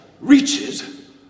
reaches